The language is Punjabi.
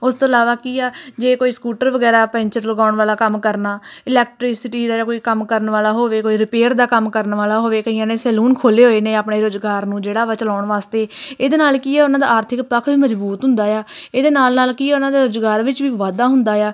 ਉਸ ਤੋਂ ਇਲਾਵਾ ਕੀ ਆ ਜੇ ਕੋਈ ਸਕੂਟਰ ਵਗੈਰਾ ਪੈਂਚਰ ਲਗਾਉਣ ਵਾਲਾ ਕੰਮ ਕਰਨਾ ਇਲੈਕਟਰੀਸਿਟੀ ਦਾ ਕੋਈ ਕੰਮ ਕਰਨ ਵਾਲਾ ਹੋਵੇ ਕੋਈ ਰਿਪੇਅਰ ਦਾ ਕੰਮ ਕਰਨ ਵਾਲਾ ਹੋਵੇ ਕਈਆਂ ਨੇ ਸੈਲੂਨ ਖੋਲ੍ਹੇ ਹੋਏ ਨੇ ਆਪਣੇ ਰੁਜ਼ਗਾਰ ਨੂੰ ਜਿਹੜਾ ਵਾ ਚਲਾਉਣ ਵਾਸਤੇ ਇਹਦੇ ਨਾਲ ਕੀ ਉਹਨਾਂ ਦਾ ਆਰਥਿਕ ਪੱਖ ਵੀ ਮਜਬੂਤ ਹੁੰਦਾ ਆ ਇਹਦੇ ਨਾਲ ਨਾਲ ਕੀ ਉਹਨਾਂ ਦੇ ਰੁਜ਼ਗਾਰ ਵਿੱਚ ਵੀ ਵਾਧਾ ਹੁੰਦਾ ਆ